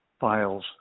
files